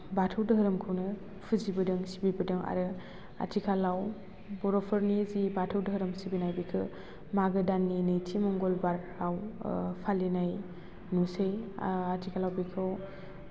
बाथौ धोरोमखौनो फुजिबोदों सिबिबोदों आरो आथिखालाव बर'फोरनि जि बाथौ धोरोम सिबिनाय बेखौ मागो दाननि नैथि मंगलबाराव फालिनाय नुसै आथिखालाव बेखौ